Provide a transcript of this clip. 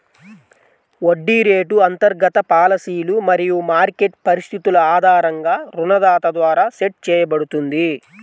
వడ్డీ రేటు అంతర్గత పాలసీలు మరియు మార్కెట్ పరిస్థితుల ఆధారంగా రుణదాత ద్వారా సెట్ చేయబడుతుంది